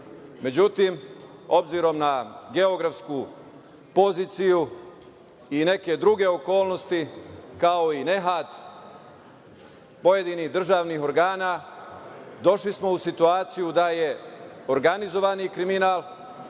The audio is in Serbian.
Međutim, obzirom na geografsku poziciju i neke druge okolnosti, kao i nehat pojedinih državnih organa, došli smo u situaciju da je organizovani kriminal,